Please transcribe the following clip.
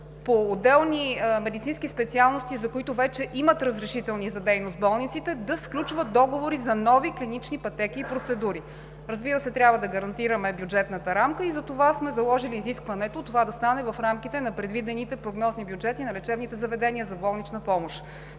по отделни медицински специалности, за които болниците вече имат разрешителни за дейност, да сключват договори за нови клинични пътеки и процедури. Разбира се, трябва да гарантираме бюджетната рамка и затова сме заложили изискването това да стане в рамките на предвидените прогнозни бюджети на лечебните заведения за болнична помощ.